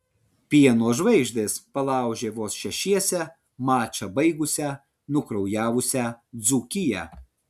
pieno žvaigždės palaužė vos šešiese mačą baigusią nukraujavusią dzūkiją